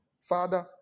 Father